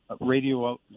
radio